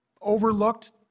overlooked